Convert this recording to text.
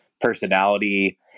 personality